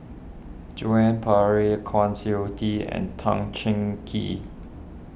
Joan Pereira Kwa Siew Tee and Tan Cheng Kee